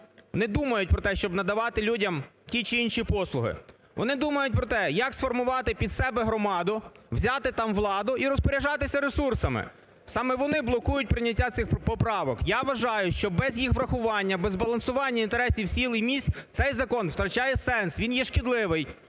не думають про те, щоб надавати людям ті чи інші послуги. Вони думають про те, як сформувати під себе громаду, взяти там владу і розпоряджатися ресурсами. Саме вони блокують прийняття цих поправок. Я вважаю, що без їх врахування, без збалансування інтересів сіл і міст цей закон втрачає сенс, він є шкідливий.